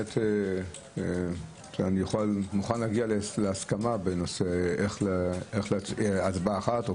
אני מוכן להגיע להסכמה אם זה הצבעה אחת או